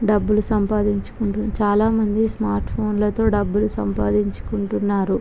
డబ్బులు సంపాదించుకుంటూ చాలామంది స్మార్ట్ ఫోన్లతో డబ్బులు సంపాదించుకుంటున్నారు